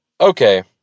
Okay